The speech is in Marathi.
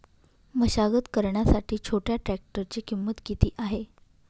मशागत करण्यासाठी छोट्या ट्रॅक्टरची किंमत किती आहे?